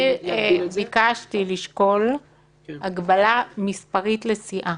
אני ביקשתי לשקול הגבלה מספרית לסיעה.